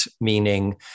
meaning